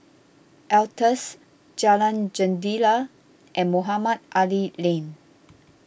Altez Jalan Jendela and Mohamed Ali Lane